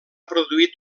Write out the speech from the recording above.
produït